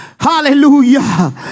Hallelujah